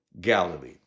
Galilee